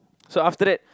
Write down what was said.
so after that